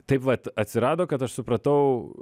taip vat atsirado kad aš supratau